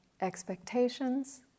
expectations